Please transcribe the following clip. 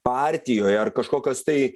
partijoje ar kažkokios tai